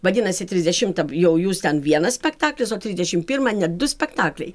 vadinasi trisdešimtam jau jūs ten vienas spektaklis o trisdešim pirmą net du spektakliai